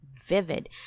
vivid